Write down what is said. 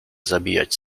zabijać